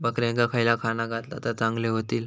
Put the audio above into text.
बकऱ्यांका खयला खाणा घातला तर चांगल्यो व्हतील?